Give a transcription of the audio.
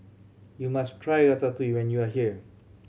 you must try Ratatouille when you are here